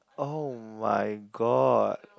[oh]-my-god